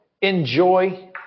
enjoy